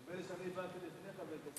נדמה לי שאני באתי לפני חבר כנסת גנאים.